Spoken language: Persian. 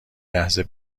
لحظه